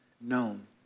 known